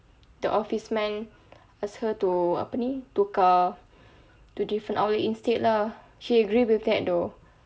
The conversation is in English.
the office man ask her to apa ni tukar to different outlet instead lah she agree with that though